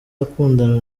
akundana